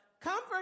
Comfort